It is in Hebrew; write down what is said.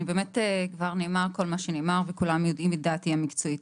באמת כבר נאמר כל מה שנאמר וכולם יודעים את דעתי המקצועית.